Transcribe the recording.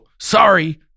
sorry